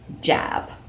jab